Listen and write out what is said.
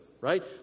right